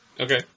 Okay